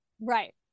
Right